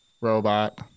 robot